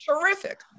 Terrific